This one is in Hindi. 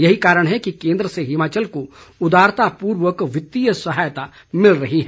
यही कारण है कि केन्द्र से हिमाचल को उदारतापूर्वक वित्तीय सहायता मिल रही है